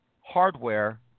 hardware